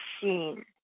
seen